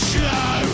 Show